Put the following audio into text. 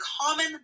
common